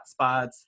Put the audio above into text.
hotspots